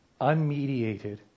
unmediated